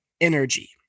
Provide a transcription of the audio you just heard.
energy